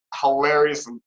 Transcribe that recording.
hilarious